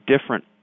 different